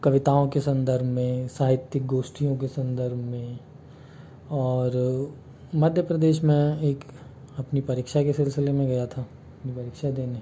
कविताओं के संदर्भ में साहित्यिक गोष्ठियों के संदर्भ में और मध्य प्रदेश मैं एक अपनी परीक्षा के सिलसिले में गया था अपनी परीक्षा देने